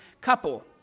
couple